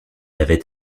avait